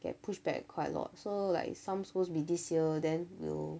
get pushed back quite a lot so like some supposed to be this year then will